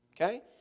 Okay